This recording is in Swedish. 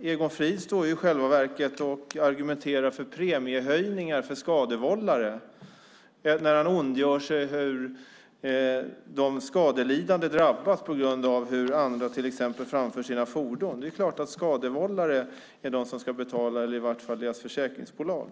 Egon Frid står nämligen i själva verket och argumenterar för premiehöjningar för skadevållare när han ondgör sig över hur de skadelidande drabbas på grund av hur andra till exempel framför sina fordon. Det är klart att det är skadevållare som ska betala, eller i varje fall deras försäkringsbolag.